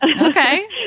Okay